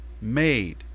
made